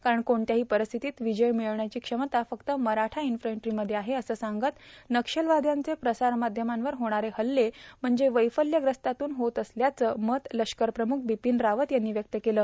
कारण कोणत्याही र्पारस्थितीत र्णवजय भिर्ळावण्याची क्षमता फक्त मराठा इन्फंट्रीमध्ये आहे असं सांगत नक्षलवाद्यांचे प्रसारमाध्यमांवर होणारे हल्ले म्हणजे वैफल्यग्रस्तातून होत असल्याचं मत लष्करप्रमुख र्बीपन रावत यांनी व्यक्त केलं